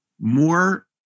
more